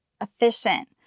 efficient